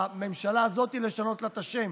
בממשלה הזאת צריך לשנות לה את השם: